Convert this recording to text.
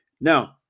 Now